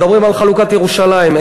מדברים על חלוקת ירושלים.